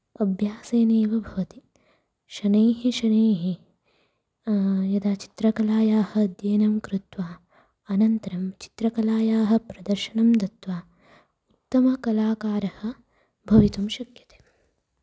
अभ्यासेनेव भवति शनैः शनैः यदा चित्रकलायाः अध्ययनं कृत्वा अनन्तरं चित्रकलायाः प्रदर्शनं दत्वा उत्तमः कलाकारः भवितुं शक्यते